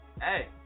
Hey